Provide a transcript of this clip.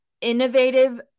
innovative